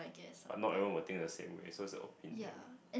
but not everyone will think the same way so is a opinion